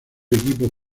equipo